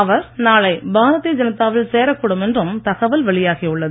அவர் நாளை பாரதீய ஜனதாவில் சேரக்கூடும் என்றும் தகவல் வெளியாகி உள்ளது